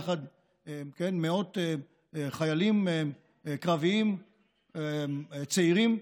יחד עם מאות חיילים קרביים צעירים,